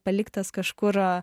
paliktas kažkur